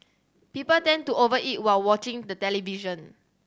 people tend to over eat while watching the television